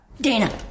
Dana